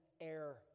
air